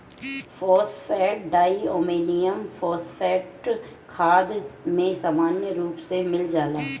phosphate diammonium phosphate खाद में सामान्य रूप से मिल जाला